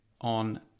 on